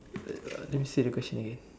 uh let me see the question again